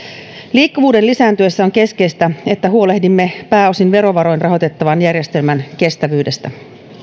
liikkuvuuden lisääntyessä on keskeistä että huolehdimme pääosin verovaroin rahoitettavan järjestelmän kestävyydestä